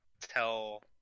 tell